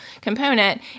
component